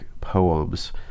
poems